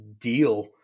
deal